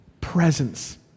presence